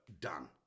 done